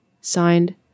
Signed